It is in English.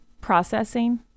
Processing